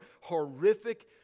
horrific